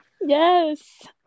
Yes